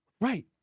right